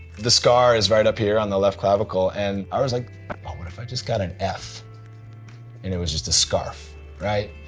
the scar is right up here on the left clavicle, and i was like um what if i just got an f, and it was just a scarf right?